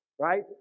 right